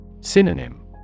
Synonym